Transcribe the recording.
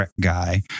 guy